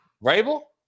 Rabel